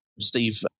Steve